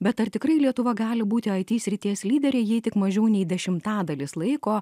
bet ar tikrai lietuva gali būti it srities lyderė jei tik mažiau nei dešimtadalis laiko